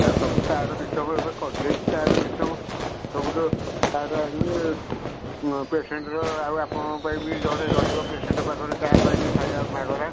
ଆ ସବୁ card system ଏବେ କରିଦେଇଛି କାର୍ଡ଼ ସିଷ୍ଟମ୍ ସବୁ ତ କାର୍ଡ଼ ଆଣିବେ ଅଁ ପେସେଣ୍ଟ୍ ର ଆଉ ଆପଣଙ୍କ ପାଇଁ ବି ଜଣେ ରହିବ ପେସେଣ୍ଟ୍ ପାଖରେ ତାପାଇଁ ବି ଖାଇବା ମାଗଣା